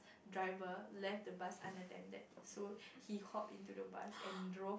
driver left the bus unattended so he hopped into the bus and drove